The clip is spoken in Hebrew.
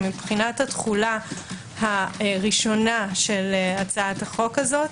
שמבחינת התחולה הראשונה של הצעת החוק הזה,